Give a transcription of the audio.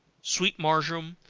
sweet marjoram,